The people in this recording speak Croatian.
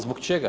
Zbog čega?